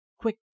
quick